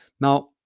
Now